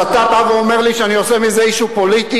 אז אתה אומר לי שאני עושה מזה issue פוליטי?